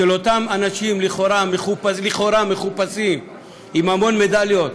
של אותם אנשים מחופשים לכאורה, עם המון מדליות.